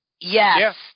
Yes